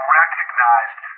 recognized